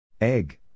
Egg